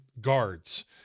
guards